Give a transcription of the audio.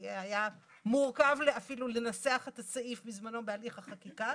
כי היה מורכב אפילו לנסח את הסעיף בזמנו בהליך החקיקה.